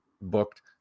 booked